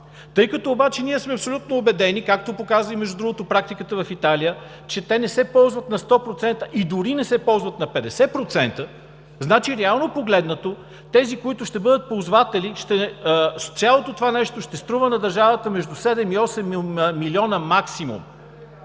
Тъй като обаче ние сме абсолютно убедени, както показва, между другото, практиката в Италия, че те не се ползват на 100% и дори не се ползват на 50%, значи реално погледнато за тези, които ще бъдат ползватели, цялото това нещо ще струва на държавата между 7 и 8 милиона максимум.